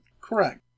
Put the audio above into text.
Correct